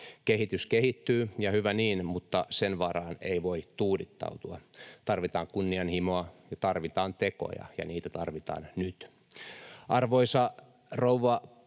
Kehitys kehittyy, ja hyvä niin, mutta sen varaan ei voi tuudittautua. Tarvitaan kunnianhimoa ja tarvitaan tekoja, ja niitä tarvitaan nyt. Arvoisa rouva puhemies!